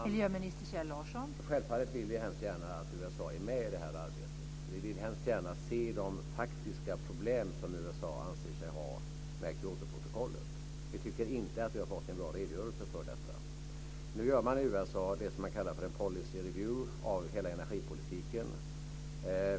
Fru talman! Självfallet vill vi hemskt gärna att USA är med i det här arbetet. Vi vill hemskt gärna se de faktiska problem som USA anser sig ha med Kyotoprotokollet. Vi tycker inte att vi har fått en bra redogörelse för detta. Nu gör man i USA det man kallar för en policy review av hela energipolitiken.